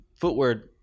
footwear